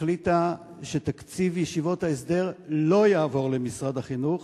החליטה שתקציב ישיבות ההסדר לא יעבור למשרד החינוך,